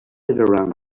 around